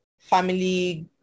family